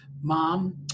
Mom